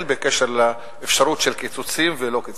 בקשר לאפשרות של קיצוצים או לא קיצוצים,